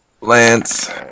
Lance